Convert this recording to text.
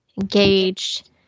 engaged